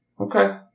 Okay